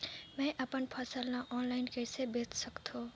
मैं अपन फसल ल ऑनलाइन कइसे बेच सकथव?